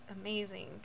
amazing